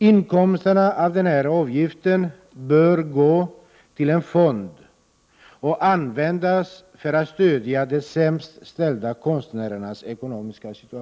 Inkomsterna av denna avgift bör gå till en fond och användas för att stödja de sämst ställda konstnärerna.